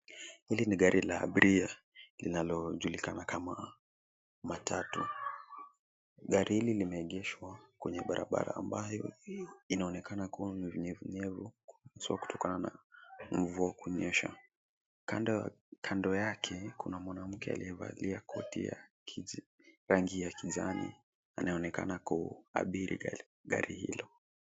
Hili ni gari la abiria linalojulikana kama matatu. Gari hili limeegeshwa kwenye barabara ambayo inaonekana kuwa na unyevu nyevu kutokana na mvua kunyesha. Kando yake kuna mwanamke aliyevalia koti ya rangi ya kijani anayeonekana kuabiri gari hilo.